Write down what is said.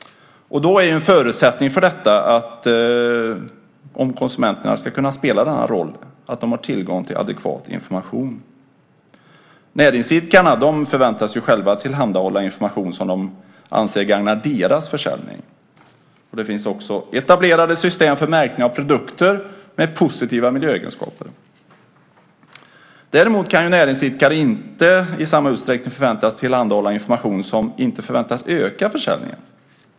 En förutsättning för att konsumenterna ska kunna spela denna roll är att de har tillgång till adekvat information. Näringsidkarna förväntas själva tillhandahålla information som de anser gagnar deras försäljning. Det finns också etablerade system för märkning av produkter med positiva miljöegenskaper. Däremot kan näringsidkare inte i samma utsträckning förväntas tillhandahålla information som inte förväntas öka försäljningen.